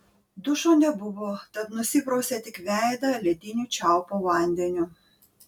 dušo nebuvo tad nusiprausė tik veidą lediniu čiaupo vandeniu